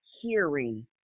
hearing